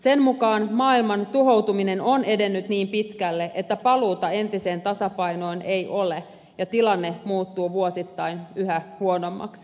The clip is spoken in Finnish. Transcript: sen mukaan maailman tuhoutuminen on edennyt niin pitkälle että paluuta entiseen tasapainoon ei ole ja tilanne muuttuu vuosittain yhä huonommaksi